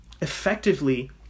Effectively